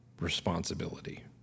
responsibility